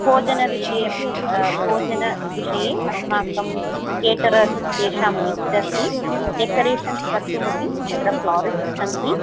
भोजनविषये अपि भोजनविषये अस्माकं केटरर्स् तेषां लिस्ट् अस्ति डेकरेशन्स् कर्तुम् अपि अत्र फ़्लारिस्ट् सन्ति